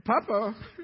Papa